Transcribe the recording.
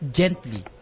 gently